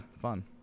fun